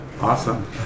Awesome